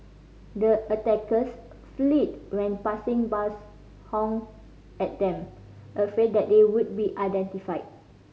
the attackers fled when passing bus honked at them afraid that they would be identified